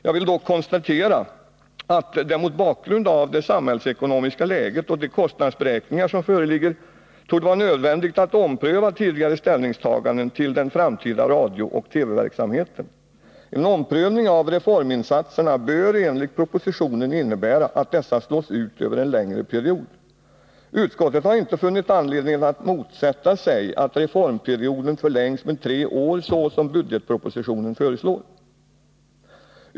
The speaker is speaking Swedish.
Jag vill dock konstatera att det mot bakgrund av det samhällsekonomiska läget och de kostnadsberäkningar som föreligger torde vara nödvändigt att ompröva tidigare ställningstaganden till den framtida radiooch TV-verksamheten. En omprövning av reforminsatserna bör enligt propositionen innebära att dessa slås ut över en längre period. Utskottet har inte funnit anledning att motsätta sig att reformperioden förlängs med tre år såsom budgetpropositionen föreslår.